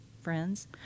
friends